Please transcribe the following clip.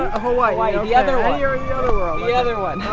ah hawaii the other one, the other one.